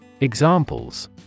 Examples